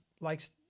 likes